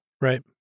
Right